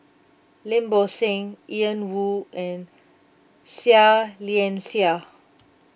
Lim Bo Seng Ian Woo and Seah Liang Seah